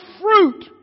fruit